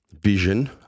vision